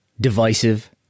divisive